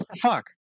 Fuck